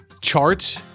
charts